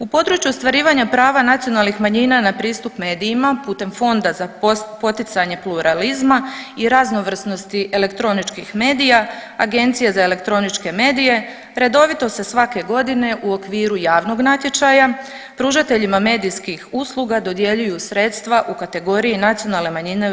U području ostvarivanja prava nacionalnih manjina na pristup medijima putem Fonda za poticanje pluralizma i raznovrsnosti elektroničkih medija, Agencija za elektroničke medije redovito se svake godine u okviru javnog natječaja pružateljima medijskih usluga dodjeljuju sredstva u kategoriji nacionalne manjine u RH.